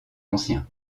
anciens